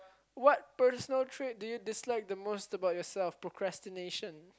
what personal trait do you dislike the most about yourself procrastination